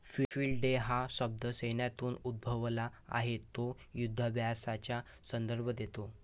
field day हा शब्द सैन्यातून उद्भवला आहे तो युधाभ्यासाचा संदर्भ देतो